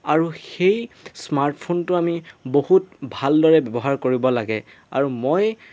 আৰু সেই স্মাৰ্টফোনটো আমি বহুত ভালদৰে ব্যৱহাৰ কৰিব লাগে আৰু মই